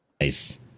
Nice